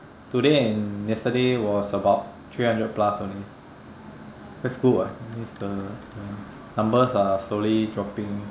today and yesterday was about three hundred plus only that's good [what] means the the numbers are slowly dropping